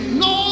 no